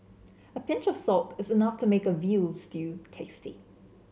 a pinch of salt is enough to make a veal stew tasty